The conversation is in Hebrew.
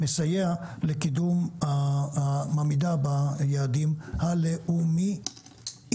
מסייע לקידום העמידה ביעדים הלאומיים.